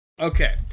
Okay